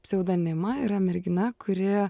pseudonimą yra mergina kuri